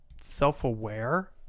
self-aware